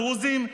דרוזים,